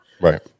Right